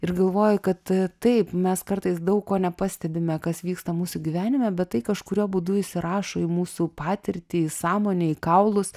ir galvoju kad taip mes kartais daug ko nepastebime kas vyksta mūsų gyvenime bet tai kažkuriuo būdu įsirašo į mūsų patirtį į sąmonę į kaulus